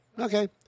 Okay